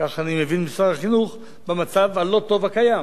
כך אני מבין ממשרד החינוך, במצב הלא-טוב הקיים.